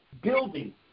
building